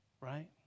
right